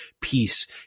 peace